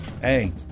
Hey